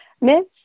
miss